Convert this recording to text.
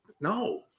no